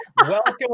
Welcome